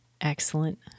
Excellent